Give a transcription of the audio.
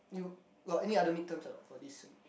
you got any other mid terms or not for this week